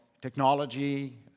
technology